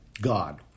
God